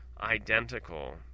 identical